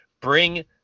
bring